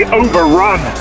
overrun